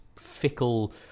fickle